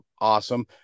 awesome